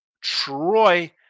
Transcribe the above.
Troy